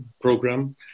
program